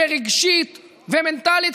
רגשית ומנטלית,